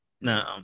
No